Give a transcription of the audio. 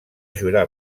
jurar